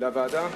לוועדה?